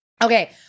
Okay